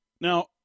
Now